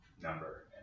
number